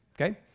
Okay